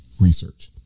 research